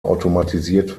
automatisiert